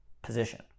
position